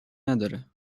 نداره